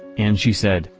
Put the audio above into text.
and she said,